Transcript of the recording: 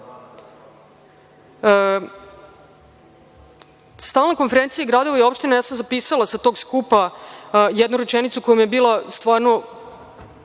„Stalne konferencije gradova i opština“, ja sam zapisala sa tog skupa jednu rečenicu koja je meni stvarno